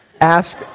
Ask